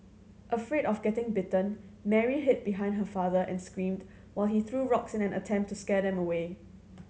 afraid of getting bitten Mary hid behind her father and screamed while he threw rocks in an attempt to scare them away